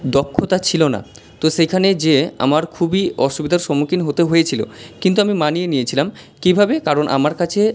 দক্ষতা ছিলো না তো সেইখানে যেয়ে আমার খুবই অসুবিধার সম্মুখীন হতে হয়েছিলো কিন্তু আমি মানিয়ে নিয়েছিলাম কীভাবে কারণ আমার কাছে